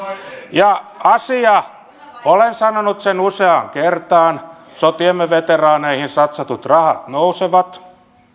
ja asia olen sanonut sen useaan kertaan sotiemme veteraaneihin satsatut rahat nousevat